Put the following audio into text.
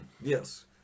yes